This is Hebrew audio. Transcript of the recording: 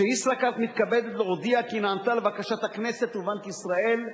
ש"ישראכרט" מתכבדת להודיע כי נענתה לבקשת הכנסת ובנק ישראל,